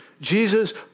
Jesus